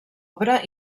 obra